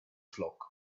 flock